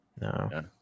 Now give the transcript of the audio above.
No